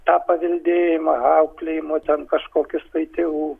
tą paveldėjimą auklėjimo ten kažkokius tėvų